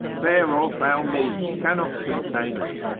fair or foul means cannot contain us,